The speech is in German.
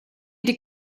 die